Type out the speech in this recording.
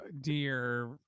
dear